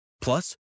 Plus